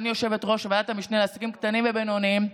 אני היושבת-ראש של ועדת המשנה לעסקים קטנים ובינוניים,